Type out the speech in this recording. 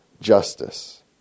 justice